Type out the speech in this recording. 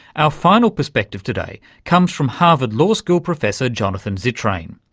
our final perspective today comes from harvard law school professor jonathan zittrain.